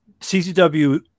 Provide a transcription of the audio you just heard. CCW